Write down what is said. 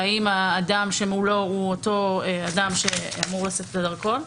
האם האדם שמולו הוא אותו אדם שאמור לשאת את הדרכון,